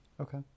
Okay